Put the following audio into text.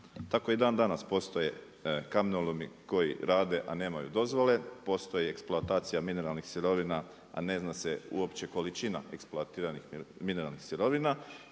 Tako i dan danas postoje kamenolomi koji rade, a nemaju dozvole, postoje eksploatacija mineralnih sirovina, a ne zna se uopće količina eksploatiranih mineralnih sirovina